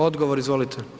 Odgovor izvolite.